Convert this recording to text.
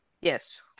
Yes